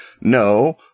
no